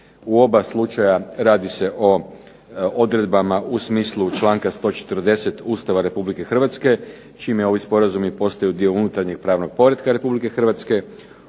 U oba slučaja radi se o odredbama u smislu članka 140. Ustava Republike Hrvatske čime ovi sporazumi postaju dio unutarnjeg pravnog poretka Republike Hrvatske.